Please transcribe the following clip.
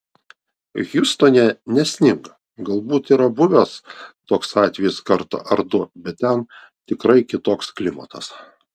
hjustone nesninga galbūt yra buvęs toks atvejis kartą ar du bet ten tikrai kitoks klimatas